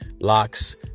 locks